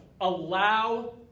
allow